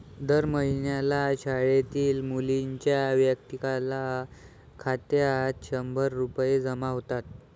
दर महिन्याला शाळेतील मुलींच्या वैयक्तिक खात्यात शंभर रुपये जमा होतात